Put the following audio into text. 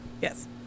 yes